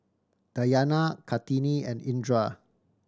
Dayana Kartini and Indra